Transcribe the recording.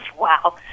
Wow